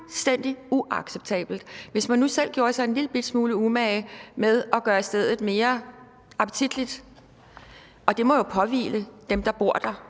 fuldstændig uacceptabelt! Man kunne jo gøre sig en lillebitte smule umage med at gøre stedet mere appetitligt, og det må jo påhvile dem, der bor der,